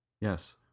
yes